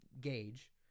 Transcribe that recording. gauge